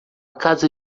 casa